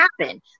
happen